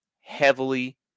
heavily